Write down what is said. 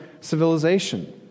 civilization